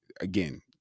again